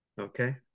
Okay